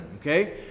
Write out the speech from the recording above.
okay